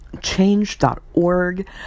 change.org